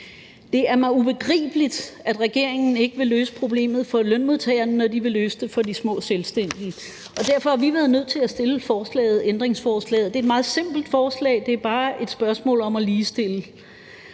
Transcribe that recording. Det er mig ubegribeligt, at regeringen ikke vil løse problemet for lønmodtagerne, når de vil løse det for de små selvstændige. Derfor har vi været nødt til at stille ændringsforslaget. Det er et meget simpelt forslag, det er bare et spørgsmål om at ligestille.